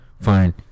fine